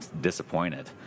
disappointed